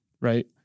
Right